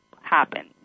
happen